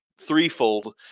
threefold